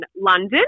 London